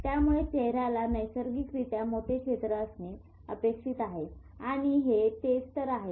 त्यामुळे चेहऱ्याला नैसर्गिकरित्या मोठे क्षेत्र असणे अपेक्षित आहे आणि हे तेच तर आहे